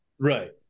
Right